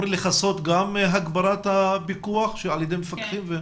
לכסות גם את הגברת הפיקוח על ידי מפקחים?